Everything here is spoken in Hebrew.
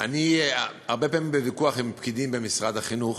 אני הרבה פעמים בוויכוח עם פקידים במשרד החינוך,